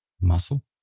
muscle